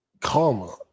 karma